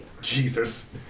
Jesus